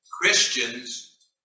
Christians